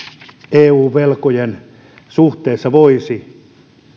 eu velkojen suhteessa voisi